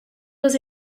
was